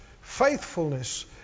faithfulness